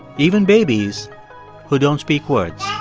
even babies who don't speak words